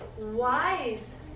wise